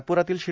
नागपुरातील श्री